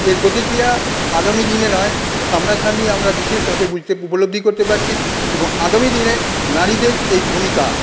এর প্রতিক্রিয়া আগামীদিনে নয় সামনাসামনি আমরা বিশেষভাবে উপলব্ধি করতে পারছি এবং আগামীদিনে নারীদের এই ভূমিকা